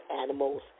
animals